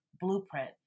blueprint